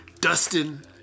Dustin